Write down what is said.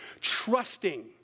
trusting